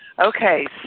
Okay